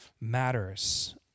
matters